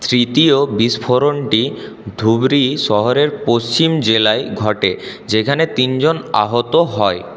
তৃতীয় বিস্ফোরণটি ধুবরি শহরের পশ্চিম জেলায় ঘটে যেখানে তিনজন আহত হয়